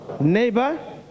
neighbor